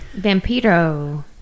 Vampiro